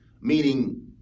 meaning